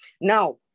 now